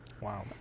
Wow